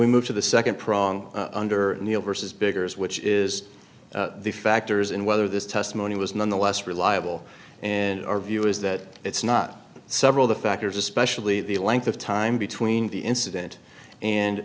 we move to the second prong under neil versus biggers which is the factors in whether this testimony was none the less reliable and our view is that it's not several the factors especially the length of time between the incident and